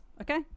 okay